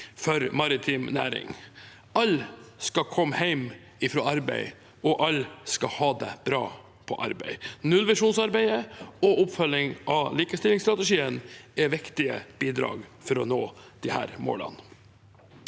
for maritim næring. Alle skal komme hjem fra jobb, og alle skal ha det bra på jobb. Nullvisjonsarbeidet og oppfølgingen av likestillingsstrategien er viktige bidrag for å nå disse målene.